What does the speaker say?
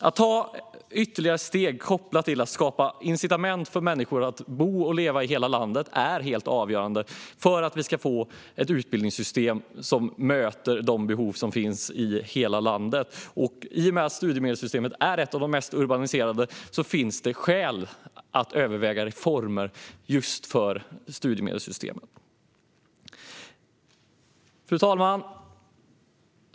Att ta ytterligare steg för att skapa incitament för människor att bo och leva i hela landet är helt avgörande för att vi ska få ett utbildningssystem som möter de behov som finns i hela landet. I och med att studiemedelssystemet är ett av de mest urbaniserande finns det skäl att överväga reformer just för detta system. Fru talman!